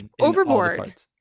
overboard